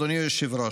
אדוני היושב-ראש,